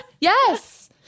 Yes